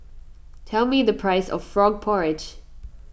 tell me the price of Frog Porridge